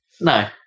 no